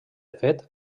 fet